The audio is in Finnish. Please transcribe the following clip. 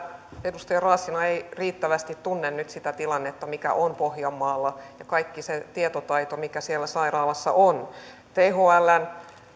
edustaja raassina ei riittävästi tunne nyt sitä tilannetta mikä on pohjanmaalla ja kaikkea sitä tietotaitoa mitä siellä sairaalassa on thln